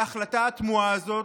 להחלטה התמוהה הזאת,